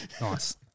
Nice